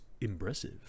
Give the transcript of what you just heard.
impressive